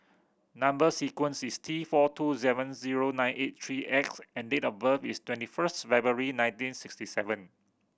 number sequence is T four two seven zero nine eight three X and date of birth is twenty first February nineteen sixty seven